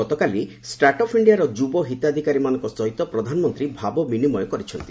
ଗତକାଲି state of ଇଞ୍ଜିଆର ଯୁବ ହିତାଧିକାରୀମାନଙ୍କ ସହିତ ପ୍ରଧାନମନ୍ତ୍ରୀ ଭାବ ବିନିମୟ କରିଛନ୍ତି